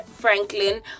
franklin